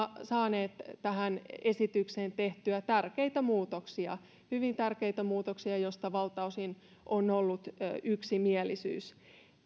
saaneet tähän esitykseen tehtyä tärkeitä muutoksia hyvin tärkeitä muutoksia joista valtaosin on ollut yksimielisyys